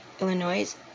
Illinois